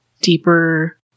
deeper